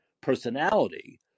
personality